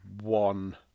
one